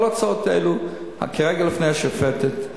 כל ההצעות האלה כרגע בפני השופטת.